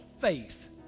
faith